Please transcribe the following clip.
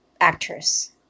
actress